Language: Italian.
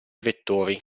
vettori